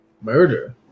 Murder